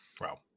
Wow